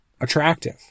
attractive